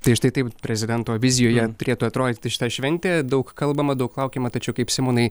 tai štai taip prezidento vizijoje turėtų atrodyti šita šventė daug kalbama daug laukiama tačiau kaip simonai